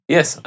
Yes